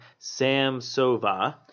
Samsova